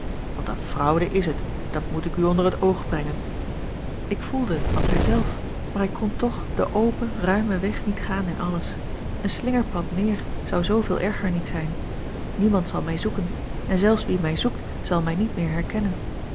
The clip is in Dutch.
want eene fraude is het dat moet ik u onder het oog brengen ik voelde het als hij zelf maar ik kon toch den open ruimen weg niet gaan in alles een slingerpad meer zou zooveel erger niet zijn niemand zal mij zoeken en zelfs wie mij zoekt zal mij niet meer herkennen